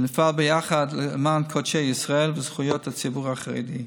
שנפעל ביחד למען קודשי ישראל וזכויות הציבור החרדי.